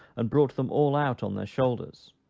and brought them all out on their shoulders!